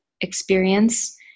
experience